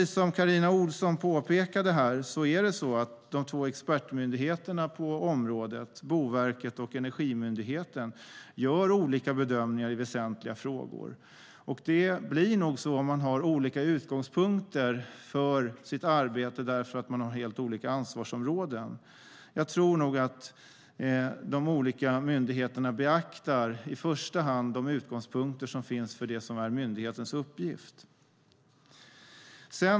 Som Carina Ohlsson påpekade gör de två expertmyndigheterna på området, Boverket och Energimyndigheten, olika bedömningar i väsentliga frågor. Det blir nog så om man har olika utgångspunkter för sitt arbete därför att man har helt olika ansvarsområden. Jag tror nog att de olika myndigheterna i första hand beaktar de utgångspunkter som finns för det som är myndighetens uppgift.